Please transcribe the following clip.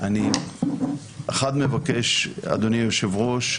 אדוני היושב-ראש,